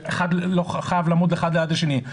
שאחד לא חייב לעמוד ליד השני.